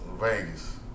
Vegas